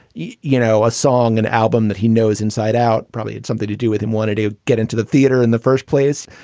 you you know, a song and album that he knows inside out. probably had something to do with him, wanted to get into the theater in the first place.